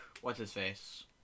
What's-his-face